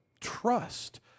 trust